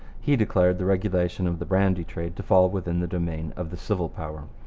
he declared the regulation of the brandy trade to fall within the domain of the civil power.